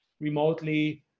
remotely